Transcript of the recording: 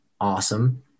awesome